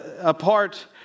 apart